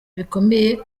bikomeye